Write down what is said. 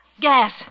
Gas